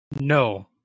No